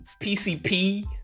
PCP